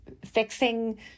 fixing